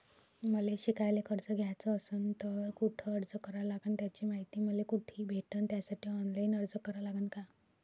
मले शिकायले कर्ज घ्याच असन तर कुठ अर्ज करा लागन त्याची मायती मले कुठी भेटन त्यासाठी ऑनलाईन अर्ज करा लागन का?